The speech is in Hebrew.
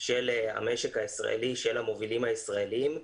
של המשק הישראלי, של המובילים הישראליים.